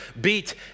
beat